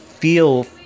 feel